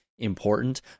Important